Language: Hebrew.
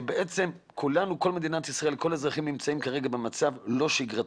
שכן כל האזרחים במדינת ישראל נמצאים במצב לא שגרתי.